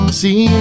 see